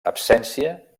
absència